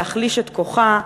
להחליש את כוחה,